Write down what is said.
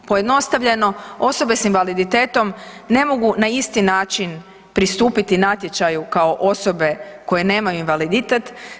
Pojednostavljeno, osobe s invaliditetom ne mogu na isti način pristupiti natječaju kao osobe koje nemaju invaliditet.